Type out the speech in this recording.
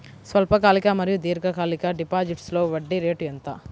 స్వల్పకాలిక మరియు దీర్ఘకాలిక డిపోజిట్స్లో వడ్డీ రేటు ఎంత?